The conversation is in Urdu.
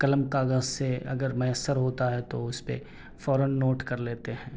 قلم کاغذ سے اگر میسر ہوتا ہے تو اس پہ فوراً نوٹ کر لیتے ہیں